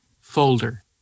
folder